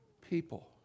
people